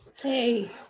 Hey